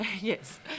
yes